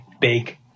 big